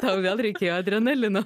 tau vėl reikėjo adrenalino